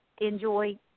Enjoy